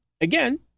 again